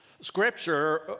Scripture